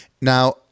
Now